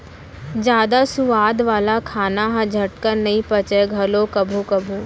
जादा सुवाद वाला खाना ह झटकन नइ पचय घलौ कभू कभू